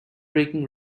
breaking